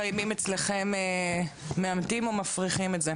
הנתונים שקיימים אצלכם מאמתים או מפריכים את זה?